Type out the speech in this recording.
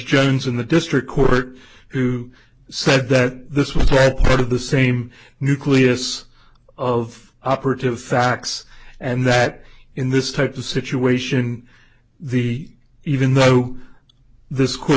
jones in the district court who said that this was all part of the same nucleus of operative facts and that in this type of situation the even though th